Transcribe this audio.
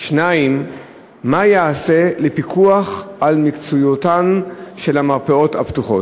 2. מה ייעשה לפיקוח על מקצועיותן של המרפאות הפתוחות?